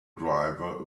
driver